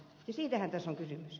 siitähän tässä on kysymys